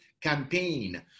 campaign